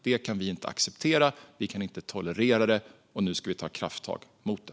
Det kan vi varken acceptera eller tolerera, och nu ska vi ta krafttag mot det.